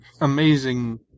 Amazing